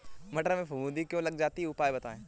मटर में फफूंदी क्यो लग जाती है उपाय बताएं?